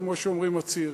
כמו שאומרים הצעירים.